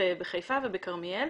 בחיפה ובכרמיאל.